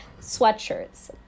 sweatshirts